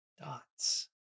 Dots